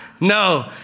No